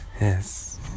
Yes